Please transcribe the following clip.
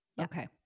Okay